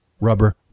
Rubber